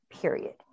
period